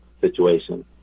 situation